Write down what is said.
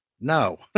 No